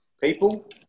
people